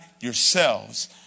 yourselves